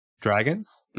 dragons